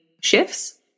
shifts